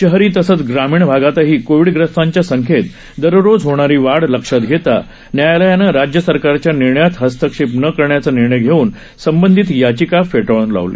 शहरी तसंच ग्रामीण भागातही कोविडग्रस्तांच्या संख्येत दररोज होणारी वाढ लक्षात घेता न्यायालयानं राज्य सरकारच्या निर्णयात हस्तक्षेप न करण्याचा निर्णय घेऊन संबंधित याचिका फेटाळून लावली